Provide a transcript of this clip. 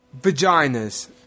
Vaginas